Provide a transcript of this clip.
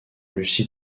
lucie